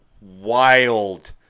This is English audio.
wild